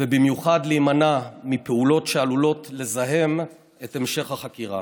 ובמיוחד להימנע מפעולות שעלולות לזהם את המשך החקירה.